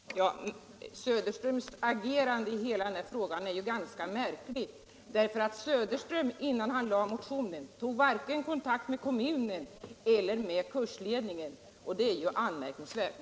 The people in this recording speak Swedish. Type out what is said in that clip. Herr talman! Herr Söderströms agerande i hela denna fråga är ju ganska märkligt. Innan herr Söderström väckte motionen tog han inte kontakt med vare sig kommunen eller kursledningen. Och det är anmärkningsvärt.